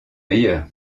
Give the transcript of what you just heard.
meilleur